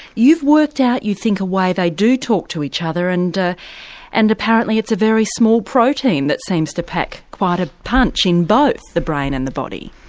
you've worked out, you think, a way they do talk to each other and ah and apparently it's a very small protein that seems to pack quite a punch in both the brain and the body.